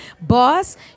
boss